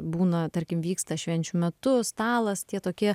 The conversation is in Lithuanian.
būna tarkim vyksta švenčių metu stalas tie tokie